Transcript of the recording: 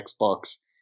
Xbox